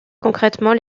concrètement